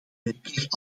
werkelijk